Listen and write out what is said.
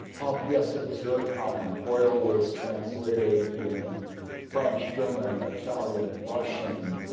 yes it was very common. hoyle was translated in french, german, italian, russian,